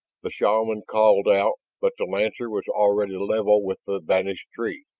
the shaman called out, but the lancer was already level with the vanished tree,